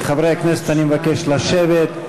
מחברי הכנסת אני מבקש לשבת.